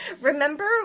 Remember